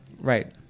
Right